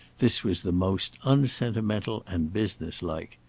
this was the most unsentimental and businesslike.